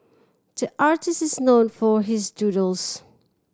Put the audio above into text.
the artists is known for his doodles